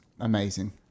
Amazing